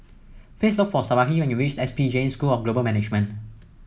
please look for Sarahi when you reach S P Jain School of Global Management